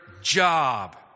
job